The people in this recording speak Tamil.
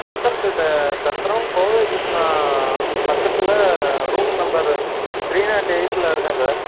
சத்திரத்துக்கிட்ட சத்திரம் கோவை கிருஷ்ணா பக்கத்தில் ரூம் நம்பரு த்ரீ நாட் எயிட்டில் இருக்கேன் சார்